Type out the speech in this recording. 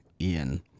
Ian